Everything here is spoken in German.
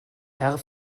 herr